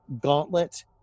gauntlet